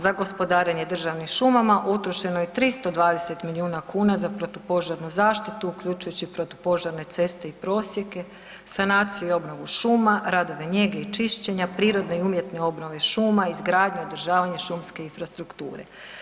Za gospodarenje državnim šumama utrošeno je 320 miliona kuna za protupožarnu zaštitu uključujući protupožarne ceste i prosjeke, sanaciju i obnovu šuma, radove njege i čišćenja, prirodne i umjetne obnove šuma, izgradnju i održavanje šumske infrastrukture.